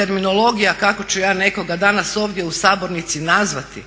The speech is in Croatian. terminologija kako ću ja nekoga danas ovdje u sabornici nazvati,